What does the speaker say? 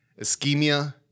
ischemia